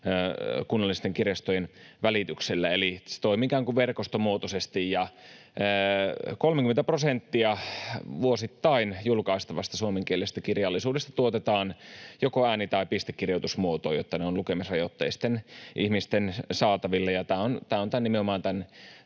kunnallisten kirjastojen välityksellä, eli se toimii ikään kuin verkostomuotoisesti. 30 prosenttia vuosittain julkaistavasta suomenkielisestä kirjallisuudesta tuotetaan joko ääni- tai pistekirjoitusmuotoon, jotta ne ovat lukemisrajoitteisten ihmisten saatavilla, ja tämä on nimenomaan